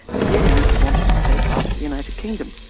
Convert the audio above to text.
and unionists wanted to stay part of the united kingdom.